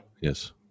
Yes